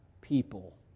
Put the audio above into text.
people